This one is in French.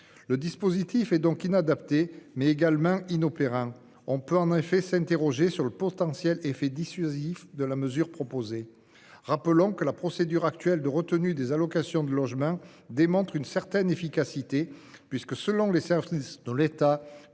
Le dispositif est donc inadapté, mais il est également inopérant, car on peut s'interroger sur le potentiel effet dissuasif de la mesure proposée. Je rappelle que la procédure actuelle de retenue des allocations de logement démontre une certaine efficacité, puisque, selon les services de l'État,